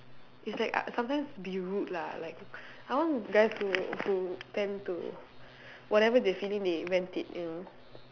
it's like I sometimes be rude lah like I want guys who who tend to whatever they feeling they vent it you know